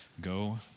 Go